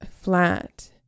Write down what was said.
flat